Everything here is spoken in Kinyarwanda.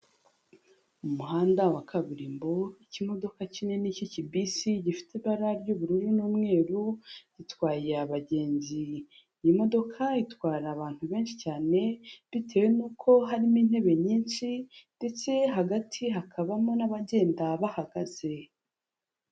Umuhanda wa kaburimbo, ikimodoka kinini k'ikibisi gifite ibara ry'ubururu n'umweru, gitwaye abagenzi, iyi modoka itwara abantu benshi cyane bitewe n'uko harimo intebe nyinshi ndetse hagati hakabamo n'abagenda bahagaze.